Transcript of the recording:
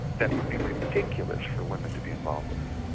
that would be ridiculous for women to be involved with,